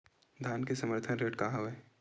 धान के समर्थन रेट का हवाय?